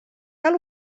cal